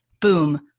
boom